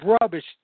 rubbish